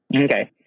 Okay